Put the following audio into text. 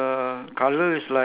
ya she was like